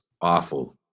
awful